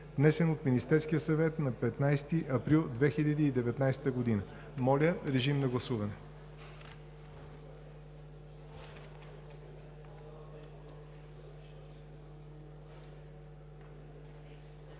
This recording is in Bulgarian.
внесен от Министерския съвет на 15 април 2019 г. Моля, режим на гласуване.